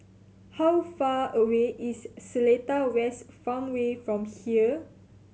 how far away is Seletar West Farmway from here